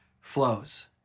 flows